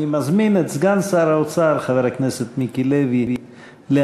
אני מזמין את סגן שר האוצר חבר הכנסת מיקי לוי להשיב.